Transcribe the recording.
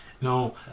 No